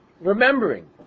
remembering